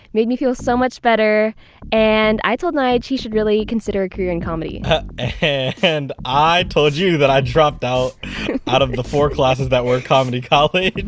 made me feel so much better and i told nyge he should really consider a career in comedy and i told you that i dropped out out of the four classes that were comedy college.